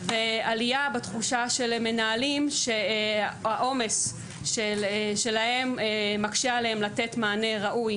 עלייה בתחושה של מנהלים שהעומס מקשה עליהם לתת מענה ראוי,